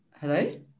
hello